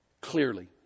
clearly